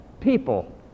people